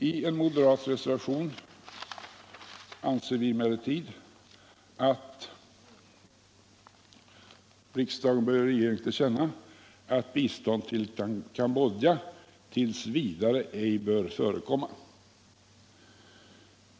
I en moderat reservation anser vi emellertid att riksdagen bör ge regeringen till känna att bistånd till Cambodja tills vidare ej bör förekomma.